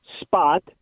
spot